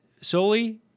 solely